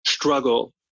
struggle